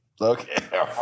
Okay